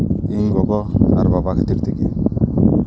ᱤᱧ ᱜᱚᱜᱚ ᱟᱨ ᱵᱟᱵᱟ ᱠᱷᱟᱹᱛᱤᱨ ᱛᱮᱜᱮ